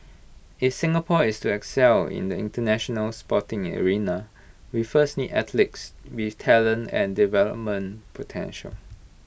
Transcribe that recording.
if Singapore is to excel in the International Sporting arena we first need athletes with talent and development potential